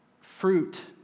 fruit